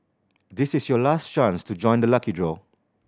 this is your last chance to join the lucky draw